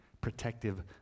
protective